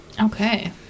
Okay